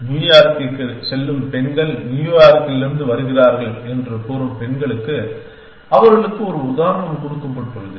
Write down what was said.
நியூயார்க்கிற்குச் செல்லும் பெண்கள் நியூயார்க்கிலிருந்து வருகிறார்கள் என்று கூறும் பெண்களுக்கு அவர்களுக்கு ஒரு உதாரணம் கொடுக்கப்பட்டுள்ளது